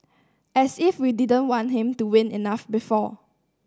as if we didn't want him to win enough before